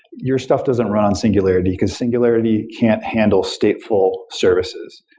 your stuff doesn't run singularity, because singularity can't handle stateful services.